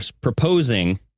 proposing